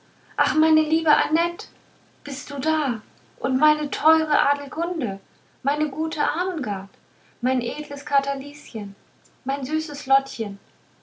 ach meine liebe annett bist du da und meine teure adelgunde meine gute armengart mein edles katerlieschen mein süßes lottchen